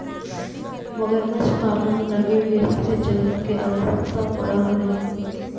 मगरमच्छ पालन लगी विस्तृत जगह के आवश्यकता पड़ऽ हइ